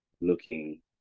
looking